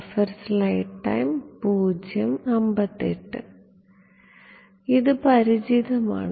ഇത് പരിചിതമാണ്